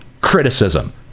criticism